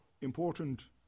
important